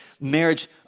marriage